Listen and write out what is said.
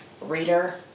reader